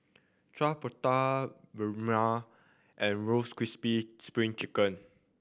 chappati bahulu and roast crispy Spring Chicken